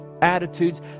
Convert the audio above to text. attitudes